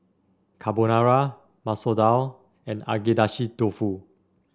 Carbonara Masoor Dal and Agedashi Dofu